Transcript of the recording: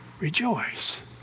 Rejoice